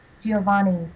Giovanni